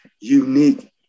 unique